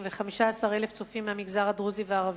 ו-15,000 צופים מהמגזר הדרוזי והערבי,